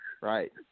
right